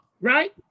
right